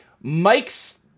Mike's